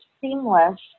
seamless